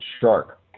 shark